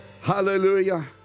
Hallelujah